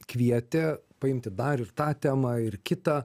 kvietė paimti dar ir tą temą ir kitą